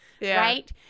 Right